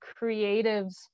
creatives